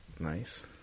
Nice